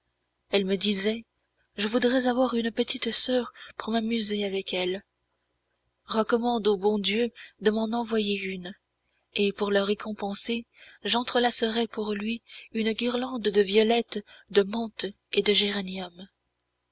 elle me disait je voudrais avoir une petite soeur pour m'amuser avec elle recommande au bon dieu de m'en envoyer une et pour le récompenser j'entrelacerai pour lui une guirlande de violettes de menthes et de géraniums